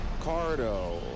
Cardo